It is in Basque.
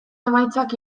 emaitzak